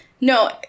No